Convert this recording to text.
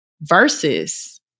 versus